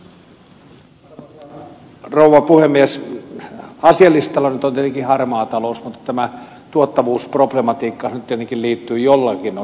asialistalla on nyt tietenkin harmaa talous mutta tämä tuottavuusproblematiikka tietenkin liittyy joiltakin osin myöskin tähän